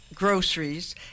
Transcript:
groceries